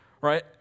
right